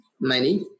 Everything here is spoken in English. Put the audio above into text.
money